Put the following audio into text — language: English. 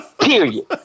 Period